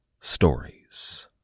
stories